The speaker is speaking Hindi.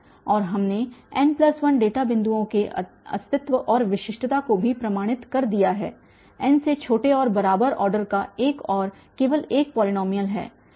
और हमने n1 डेटा बिंदुओं के अस्तित्व और विशिष्टता को भी प्रमाणित कर दिया है n से छोटे और बराबर ऑर्डर का एक और केवल एक पॉलीनॉमियल है